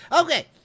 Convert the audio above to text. Okay